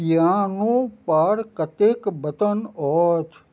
पिआनोपर कतेक बटन अछि